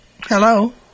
Hello